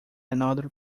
another